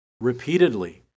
repeatedly